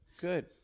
Good